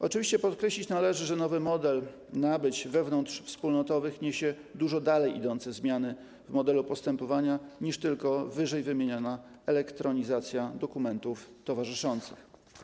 Oczywiście podkreślić należy, że nowy model nabyć wewnątrzwspólnotowych niesie dużo dalej idące zmiany w modelu postępowania niż tylko ww. elektronizacja dokumentów towarzyszących.